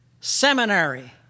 seminary